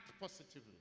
positively